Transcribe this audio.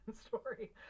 story